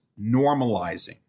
normalizing